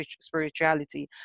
spirituality